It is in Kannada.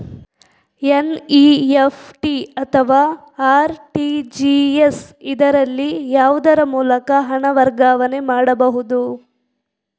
ಎನ್.ಇ.ಎಫ್.ಟಿ ಅಥವಾ ಆರ್.ಟಿ.ಜಿ.ಎಸ್, ಇದರಲ್ಲಿ ಯಾವುದರ ಮೂಲಕ ಹಣ ವರ್ಗಾವಣೆ ಮಾಡಬಹುದು?